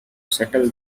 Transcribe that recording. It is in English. settle